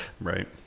Right